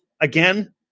again